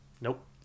nope